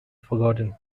forgotten